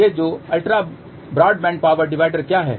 ये दो ultra broadband power divider क्या हैं